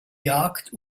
jagd